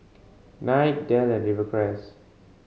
Knight Dell and Rivercrace